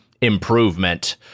improvement